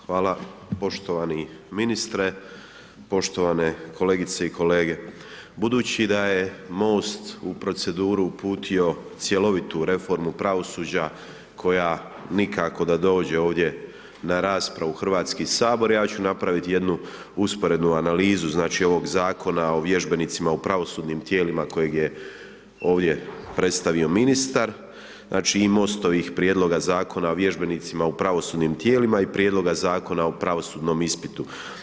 Hvala, poštovani ministre, poštovani kolegice i kolege, budući da je MOST u proceduru uputio cjelovitu reformu pravosuđa koja nikako da dođe ovdje na raspravu u Hrvatski sabor ja ću napravit jednu usporednu analizu znači ovog Zakona o vježbenicima u pravosudnim tijelima kojeg je ovdje predstavio ministar, znači i MOST-ovih Prijedloga Zakona o vježbenicima u pravosudnim tijelima i Prijedloga Zakona o pravosudnom ispitu.